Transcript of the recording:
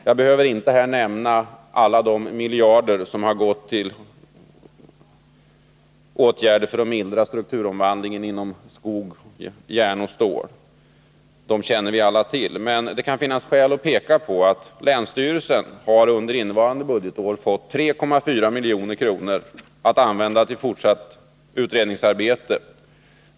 Jag behöver inte här nämna alla de miljarder som har gått till åtgärder för att mildra strukturomvandlingen inom skog, järn och stål — dem känner vi alla till. Men det kan finnas skäl att påpeka att länsstyrelsen under innevarande budgetår har fått 3,4 milj.kr. att använda till fortsatt utredningsarbete.